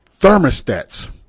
thermostats